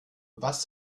was